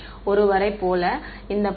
மாணவர் ஒருவரைப் போல குறிப்பு நேரம் 2129